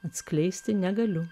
atskleisti negaliu